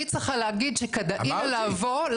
היא צריכה להגיד שכדאי לבוא לפריפריה.